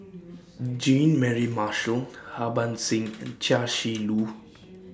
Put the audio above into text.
Jean Mary Marshall Harbans Singh and Chia Shi Lu